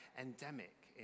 endemic